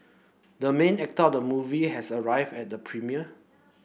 the main actor of the movie has arrived at the premiere